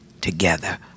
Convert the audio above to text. together